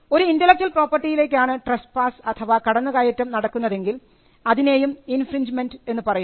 ഒരു intellectual property യിലേക്കാണ് trespass അഥവാ കടന്നുകയറ്റം നടക്കുന്നതെങ്കിൽ അതിനെയും ഇൻഫ്രിഞ്ച്മെന്റ് എന്ന് പറയുന്നു